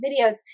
videos